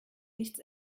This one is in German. nichts